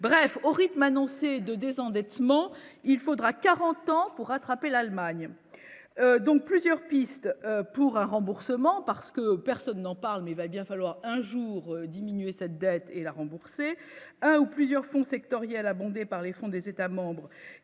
bref au rythme annoncé de désendettement, il faudra 40 ans pour rattraper l'Allemagne donc plusieurs pistes pour un remboursement parce que personne n'en parle mais il va bien falloir un jour diminuer sa dette et la rembourser un ou plusieurs fonds sectoriels abondé par les fonds des États-membres